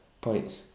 points